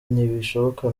ntibishoboka